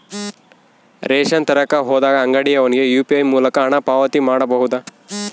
Ration ತರಕ ಹೋದಾಗ ಅಂಗಡಿಯವನಿಗೆ ಯು.ಪಿ.ಐ ಮೂಲಕ ಹಣ ಪಾವತಿ ಮಾಡಬಹುದಾ?